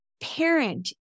parent